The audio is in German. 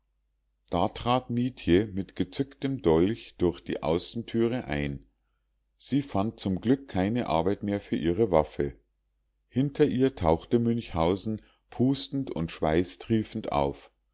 da trat mietje mit gezücktem dolch durch die außentüre ein sie fand zum glück keine arbeit mehr für ihre waffe hinter ihr tauchte münchhausen pustend und schweißtriefend auf